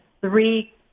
three